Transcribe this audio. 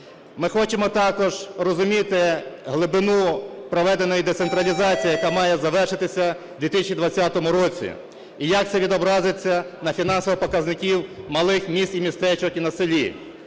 Ми хочемо також розуміти глибину проведеної децентралізації, яка має завершитися в 2020 році. і як це відобразиться на фінансових показниках малих міст і містечок, і на селі.